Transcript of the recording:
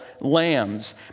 lambs